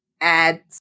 add